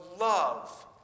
love